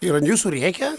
ir ant jūsų rėkia